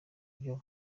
byo